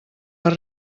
per